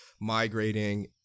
migrating